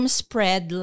spread